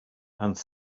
and